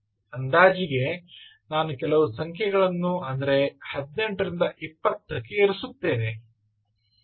ಅಂದಾಜಿಗೆ ನಾನು ಕೆಲವು ಸಂಖ್ಯೆಗಳನ್ನು ಅಂದರೆ 18 ರಿಂದ 20 ಕ್ಕೆ ಇರಿಸುತ್ತೇನೆ